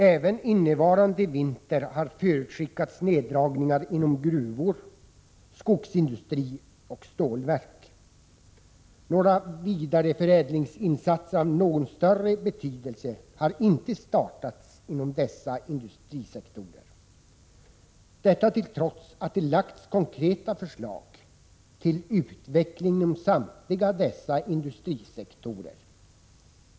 Även innevarande vinter har förutskickats neddragningar inom gruvor, skogsindustri och stålverk. Några vidareförädlingsinsatser av större betydelse har inte startats inom dessa industrisektorer, trots att det lagts konkreta förslag till utveckling inom samtliga sektorer.